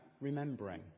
remembering